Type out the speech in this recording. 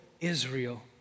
Israel